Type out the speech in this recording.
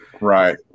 Right